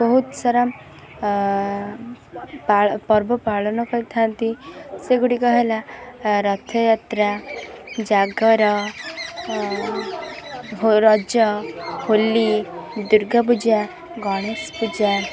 ବହୁତ ସାରା ପର୍ବ ପାଳନ କରିଥାନ୍ତି ସେଗୁଡ଼ିକ ହେଲା ରଥଯାତ୍ରା ଜାଗର ରଜ ହୋଲି ଦୁର୍ଗା ପୂଜା ଗଣେଶ ପୂଜା